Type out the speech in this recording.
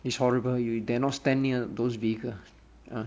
it's horrible you dare not stand near those vehicles !huh!